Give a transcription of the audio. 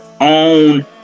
own